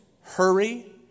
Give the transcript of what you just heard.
Hurry